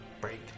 break